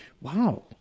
Wow